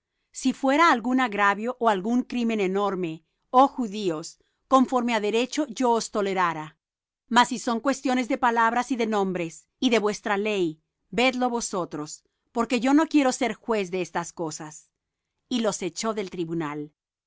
si fuera algún agravio ó algún crimen enorme oh judíos conforme á derecho yo os tolerara mas si son cuestiones de palabras y de nombres y de vuestra ley vedlo vosotros porque yo no quiero ser juez de estas cosas y los echó del tribunal